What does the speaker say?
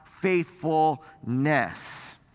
Faithfulness